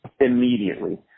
immediately